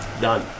Done